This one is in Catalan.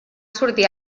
sortir